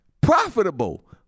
Profitable